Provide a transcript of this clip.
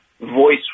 voice